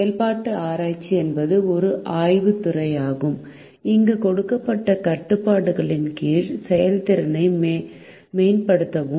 செயல்பாட்டு ஆராய்ச்சி என்பது ஒரு ஆய்வுத் துறையாகும் இங்கு கொடுக்கப்பட்ட கட்டுப்பாடுகளின் கீழ் செயல்திறனை மேம்படுத்துகிறோம்